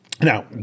Now